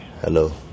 Hello